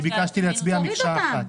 אני ביקשתי להצביע מקשה אחת.